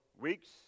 weeks